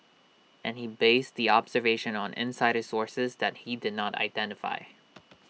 and he based the observation on insider sources that he did not identify